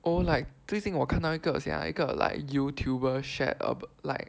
oh like 最近我看到一个 sia 一个 like youtuber shared a like